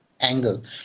angle